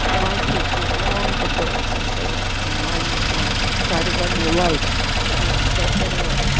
my kids are long adults as they like to remind me when i try to run their life but anyway.